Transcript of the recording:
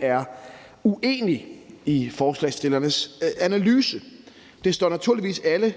er uenig i forslagsstillernes analyse. Det står naturligvis alle